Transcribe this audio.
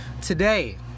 Today